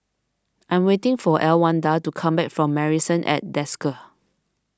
I am waiting for Elwanda to come back from Marrison at Desker